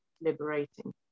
liberating